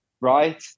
right